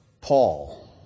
Paul